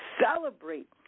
celebrate